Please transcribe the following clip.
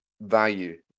value